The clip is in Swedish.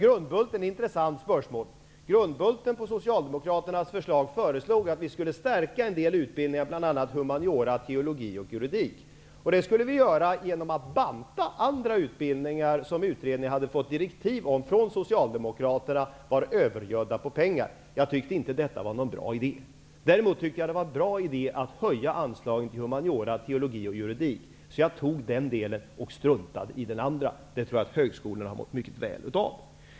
Grundbulten är ett intressant spörsmål. I grundbulten, tillkommen på Socialdemokraternas förslag, föreslogs att vi skulle förstärka en del utbildningar, bl.a. humaniora, teologi och juridik. Det skulle vi göra genom att banta andra utbildningar som Socialdemokraterna i sina direktiv till utredningen hade uppgivit vara övergödda med pengar. Jag tyckte inte att detta var någon bra idé. Däremot tyckte jag att det var en bra idé att höja anslagen till humaniora, teologi och juridik, så jag tog upp den delen och struntade i den andra. Jag tror att högskolorna har mått mycket väl av det.